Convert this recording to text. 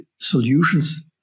solutions